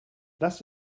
lasst